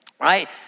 right